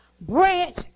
branch